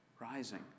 rising